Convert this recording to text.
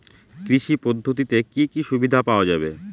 কৃষি পদ্ধতিতে কি কি সুবিধা পাওয়া যাবে?